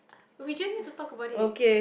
we just need to talk about it